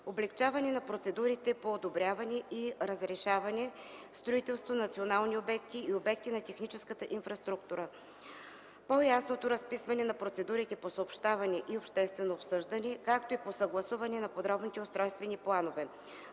облекчаване на процедурите по одобряване и разрешаване строителството на национални обекти и обекти на техническата инфраструктура; по-ясното разписване на процедурите по съобщаване и обществено обсъждане, както и по съгласуване на подробните устройствени планове.